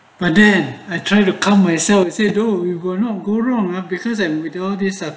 but then I try to come myself they say no we'll bot go wrong ah because with all this ah